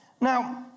Now